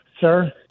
Sir